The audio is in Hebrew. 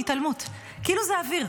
התעלמות, כאילו זה אוויר.